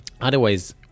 Otherwise